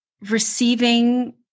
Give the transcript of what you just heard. receiving